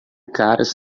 caras